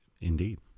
Indeed